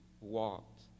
walked